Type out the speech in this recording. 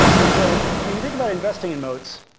and so when you think about investing in moats,